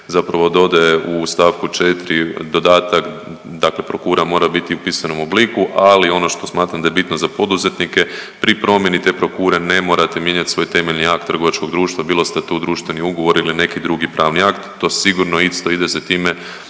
zapravo dodaje u stavku 4. dodatak, dakle prokura mora biti u pisanom obliku, ali ono što smatram da je bitno za poduzetnike pri promjeni te prokure ne morate mijenjati svoje temeljni akt trgovačkog društva, bilo statut, društveni ugovor ili neki drugi pravni akt. To sigurno isto ide za time